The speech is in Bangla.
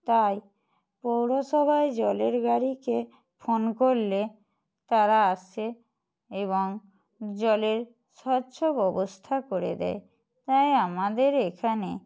তাই পৌরসভায় জলের গাড়িকে ফোন করলে তারা আসে এবং জলের স্বচ্ছ ব্যবস্থা করে দেয় তাই আমাদের এখানে